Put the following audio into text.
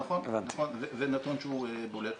נכון, זה נתון שהוא בולט.